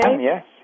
Yes